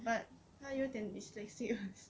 but 她有点 dyslexic